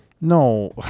no